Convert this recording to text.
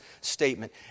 statement